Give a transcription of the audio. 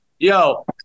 Yo